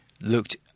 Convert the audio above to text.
looked